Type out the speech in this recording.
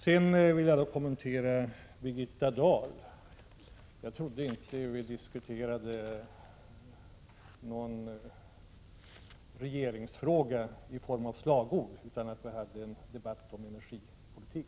Sedan vill jag kommentera Birgitta Dahls inlägg. Jag trodde inte att vi diskuterade regeringsfrågan i form av slagord, utan jag trodde att vi hade en debatt om energipolitik.